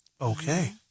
Okay